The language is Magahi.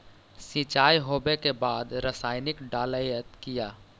सीचाई हो बे के बाद रसायनिक डालयत किया?